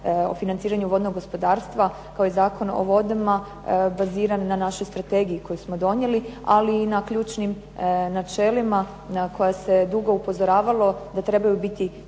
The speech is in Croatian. o financiranju vodnog gospodarstva, kao i Zakon o vodama baziran na našoj strategiji koji smo donijeli, ali i na ključnim načelima, na koja se dugo upozoravalo, da trebaju biti